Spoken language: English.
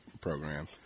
program